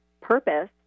purpose